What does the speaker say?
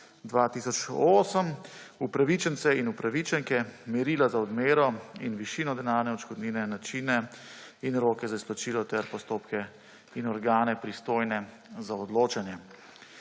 2008, upravičence in upravičenke, merila za odmero in višino denarne odškodnine, načine in roke za izplačilo ter postopke in organe, pristojne za odločanje.